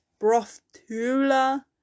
brothula